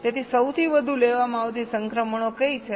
તેથી સૌથી વધુ લેવામાં આવતી સંક્રમણો કઈ છે